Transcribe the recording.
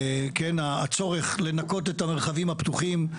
הצורך לנקות את המרחבים הפתוחים,